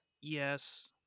yes